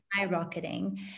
skyrocketing